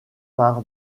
par